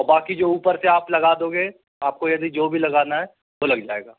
बाकी जो ऊपर से आप लगा दोगे आपको यदि जो भी लगाना है वो लग जाएगा